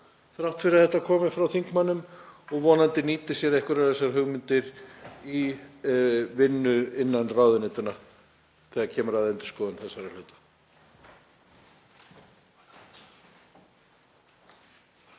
þrátt fyrir að þetta komi frá þingmönnum og nýti sér vonandi einhverjar þessara hugmynda í vinnu innan ráðuneytanna þegar kemur að endurskoðun þessara hluta.